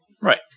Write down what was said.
Right